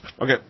Okay